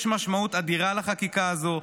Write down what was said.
יש משמעות אדירה לחקיקה הזו.